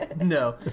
No